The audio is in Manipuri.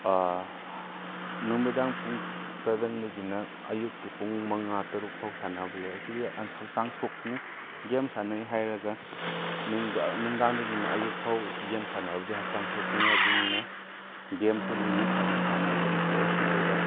ꯅꯨꯃꯤꯗꯥꯡ ꯄꯨꯡ ꯁꯕꯦꯟꯗꯒꯤꯅ ꯑꯌꯨꯛꯀꯤ ꯄꯨꯡ ꯃꯉꯥ ꯇꯔꯨꯛꯐꯥꯎ ꯁꯥꯟꯅꯕ ꯂꯩ ꯑꯁꯤꯒꯤ ꯍꯛꯆꯥꯡ ꯁꯣꯛꯄꯅꯤ ꯒꯦꯝ ꯁꯥꯟꯅꯩ ꯍꯥꯏꯔꯒ ꯅꯨꯡꯗꯥꯡꯗꯒꯤꯅ ꯑꯌꯨꯛꯐꯥꯎ ꯒꯦꯝ ꯁꯥꯟꯅꯕꯗꯤ ꯍꯛꯆꯥꯡ ꯁꯣꯛꯄꯅꯤ ꯑꯗꯨꯅꯤꯅ ꯒꯦꯝꯁꯦ ꯂꯤꯃꯤꯠ ꯌꯧꯅ ꯁꯥꯟꯅꯕꯅ ꯐꯩ ꯑꯗꯨꯒ